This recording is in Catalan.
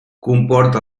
comporta